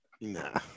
Nah